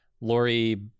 Lori